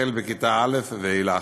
החל בכיתה א' ואילך.